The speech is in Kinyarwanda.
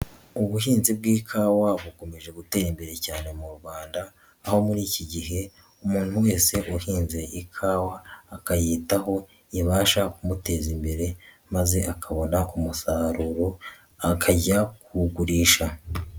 Ubuhinzi bw'ikawa bukomeje gutera imbere cyane mu Rwanda, aho muri iki gihe umuntu wese wahinze ikawa akayitaho ibasha kumuteza imbere maze akabona mu umusaruro akajya kuwugurisha.